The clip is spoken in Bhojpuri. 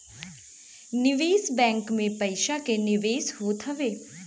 निवेश बैंक में पईसा के निवेश होत हवे